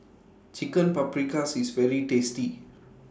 Chicken Paprikas IS very tasty